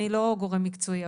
אני לא גורם מקצועי,